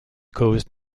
caused